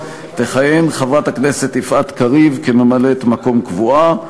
תכהן חברת הכנסת יפעת קריב כממלאת-מקום קבועה,